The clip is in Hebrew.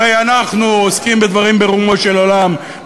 הרי אנחנו עוסקים בדברים ברומו של עולם,